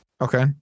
Okay